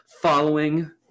following